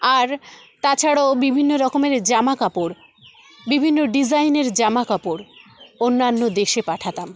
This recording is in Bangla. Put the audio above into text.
আর তাছাড়াও বিভিন্ন রকমের জামা কাপড় বিভিন্ন ডিজাইনের জামা কাপড় অন্যান্য দেশে পাঠাতাম